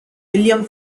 william